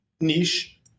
niche